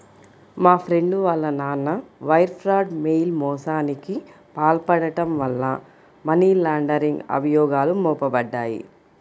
మా ఫ్రెండు వాళ్ళ నాన్న వైర్ ఫ్రాడ్, మెయిల్ మోసానికి పాల్పడటం వల్ల మనీ లాండరింగ్ అభియోగాలు మోపబడ్డాయి